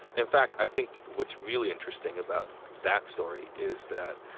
in fact, i think what's really interesting about that story is that,